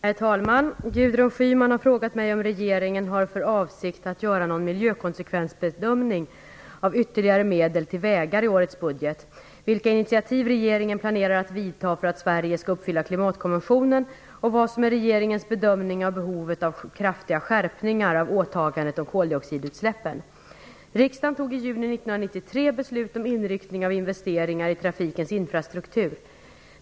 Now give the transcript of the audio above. Herr talman! Gudrun Schyman har frågat mig om regeringen har för avsikt att göra någon miljökonsekvensbedömning av ytterligare medel till vägar i årets budget, vilka initiativ regeringen planerar att vidta för att Sverige skall uppfylla klimatkonventionen och vad som är regeringens bedömning av behovet av kraftiga skärpningar av åtagandet om koldioxidutsläppen. Riksdagen fattade i juni 1993 beslut om inriktning av investeringar i trafikens infrastruktur.